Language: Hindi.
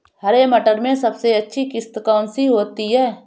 हरे मटर में सबसे अच्छी किश्त कौन सी होती है?